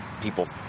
people